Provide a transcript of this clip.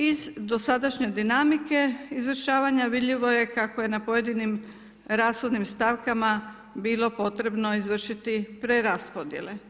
Iz dosadašnje dinamike izvršavanja vidljivo je kako je na pojedinim rashodovnim stavkama bilo potrebno izvršiti preraspodjele.